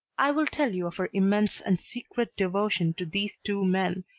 i will tell you of her immense and secret devotion to these two men,